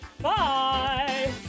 Bye